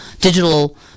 digital